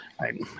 Right